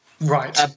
Right